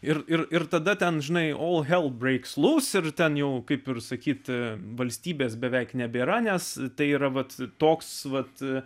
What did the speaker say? ir ir tada ten žinai ol hel breiks lūs ir ten jau kaip ir sakyti valstybės beveik nebėra nes tai yra vat toks vat